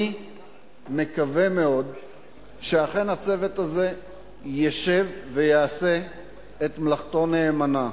אני מקווה מאוד שאכן הצוות הזה ישב ויעשה את מלאכתו נאמנה.